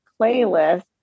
playlist